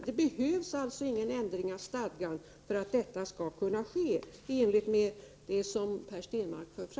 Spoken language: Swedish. Men det behövs alltså ingen ändring i stadgan för att enskilda vårdhem skall kunna vårda åldersdementa i enlighet med vad Per Stenmarck föreslår.